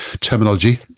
terminology